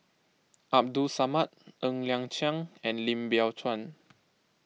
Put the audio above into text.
Abdul Samad Ng Liang Chiang and Lim Biow Chuan